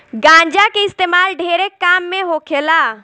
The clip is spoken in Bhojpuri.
गांजा के इस्तेमाल ढेरे काम मे होखेला